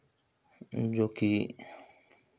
जो की